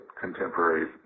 contemporary